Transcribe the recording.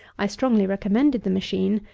i strongly recommended the machine,